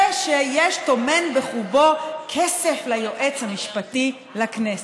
ושטומן בחובו כסף ליועץ המשפטי לכנסת.